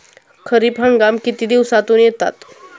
खरीप हंगाम किती दिवसातून येतात?